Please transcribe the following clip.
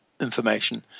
information